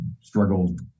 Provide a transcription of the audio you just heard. struggled